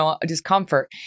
discomfort